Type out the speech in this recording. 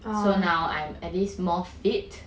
so now I'm at least more fit